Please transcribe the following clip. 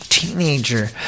Teenager